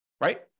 right